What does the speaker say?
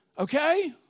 Okay